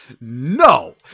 No